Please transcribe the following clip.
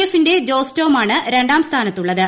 എഫിന്റെ ജോസ് ടോം ആണ് രാം സ്ഥാനത്തുള്ളത്